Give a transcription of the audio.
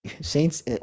Saints